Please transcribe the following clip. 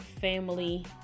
family